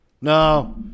No